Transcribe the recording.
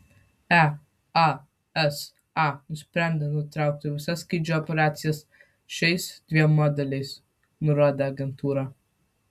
easa nusprendė nutraukti visas skrydžių operacijas šiais dviem modeliais nurodė agentūra